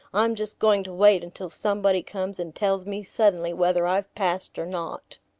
i'm just going to wait until somebody comes and tells me suddenly whether i've passed or not.